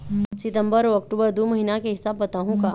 सितंबर अऊ अक्टूबर दू महीना के हिसाब बताहुं का?